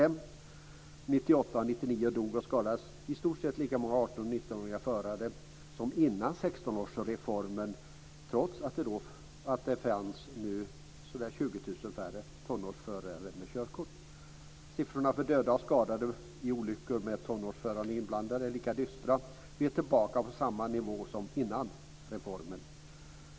1998 och 1999 dog och skadades i stort sett lika många 18 och 19-åriga förare som före 16-årsreformen, trots att det fanns ca 20 000 färre tonårsförare med körkort. Siffrorna för döda och skadade i olyckor med tonårsförare inblandade är lika dystra. Vi är tillbaka på samma nivå som före reformen.